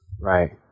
Right